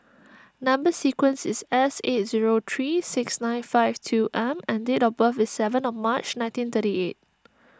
Number Sequence is S eight zero three six nine five two M and date of birth is seventh March nineteen thirty eight